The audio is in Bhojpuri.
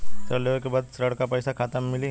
ऋण लेवे के बाद ऋण का पैसा खाता में मिली?